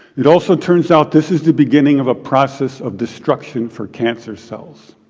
it also turns out this is the beginning of a process of destruction for cancer cells.